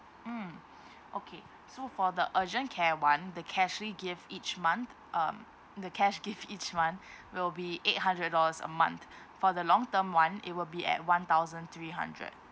mm okay so for the urgent care one the cashly gift each month um the cash gift each month will be eight hundred dollars a month for the long term one it will be at one thousand three hundred